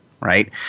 right